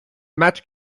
match